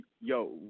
yo